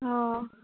অঁ